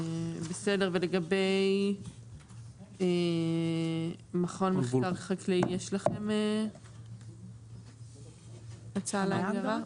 לגבי מכון מחקר חקלאי, יש לכם הצעה להגדרה?